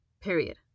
period